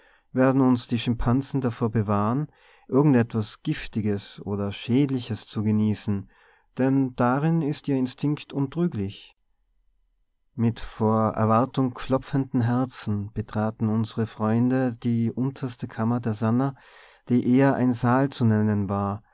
werden uns die schimpansen davor bewahren irgend etwas giftiges oder schädliches zu genießen denn darin ist ihr instinkt untrüglich mit vor erwartung klopfenden herzen betraten unsre freunde die unterste kammer der sannah die eher ein saal zu nennen war